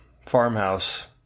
farmhouse